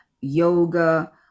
yoga